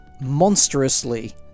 monstrously